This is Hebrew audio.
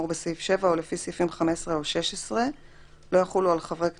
בסעיף 7 או לפי סעיפים 15 או 16 לא יחולו על חברי כנסת,